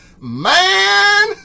man